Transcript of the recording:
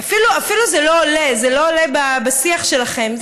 אפילו לא עולה בשיח שלכם.